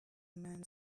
man